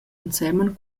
ensemen